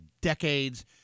decades